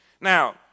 Now